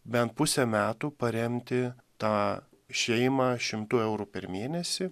bent pusę metų paremti tą šeimą šimtu eurų per mėnesį